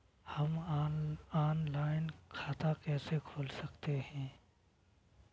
हम ऑनलाइन खाता कैसे खोल सकते हैं?